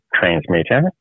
transmitter